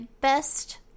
best